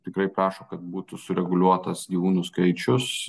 tikrai prašo kad būtų sureguliuotas gyvūnų skaičius